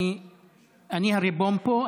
אני הריבון פה.